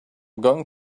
going